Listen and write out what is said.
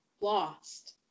lost